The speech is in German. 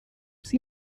sie